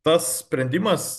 tas sprendimas